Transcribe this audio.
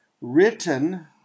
written